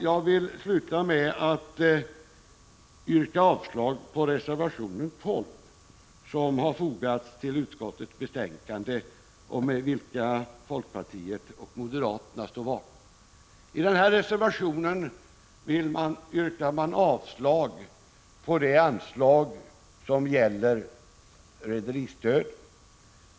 Jag vill yrka avslag på reservation 12, som har fogats till utskottets betänkande och som folkpartiet och moderaterna står bakom. I denna reservation begär man avslag på det anslag som gäller rederistödet.